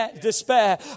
despair